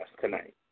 tonight